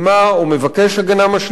או מבקש הגנה משלימה.